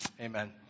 Amen